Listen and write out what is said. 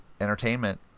entertainment